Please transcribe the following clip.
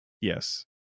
Yes